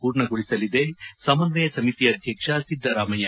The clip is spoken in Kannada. ಪೂರ್ಣಗೊಳಿಸಲಿದೆ ಸಮನ್ವಯ ಸಮಿತಿ ಅಧ್ಯಕ್ಷ ಸಿದ್ದರಾಮಯ್ಯ